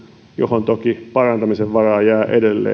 johon toki parantamisen varaa jää edelleen korotukset tulevat